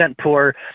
poor